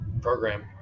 program